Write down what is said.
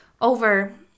over